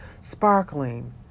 sparkling